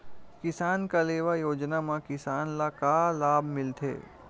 किसान कलेवा योजना म किसान ल का लाभ मिलथे?